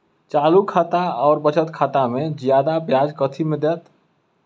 चालू खाता आओर बचत खातामे जियादा ब्याज कथी मे दैत?